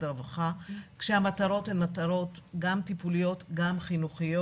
הרווחה כאשר המטרות הן מטרות גם טיפוליות וגם חינוכיות.